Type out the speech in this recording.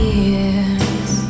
years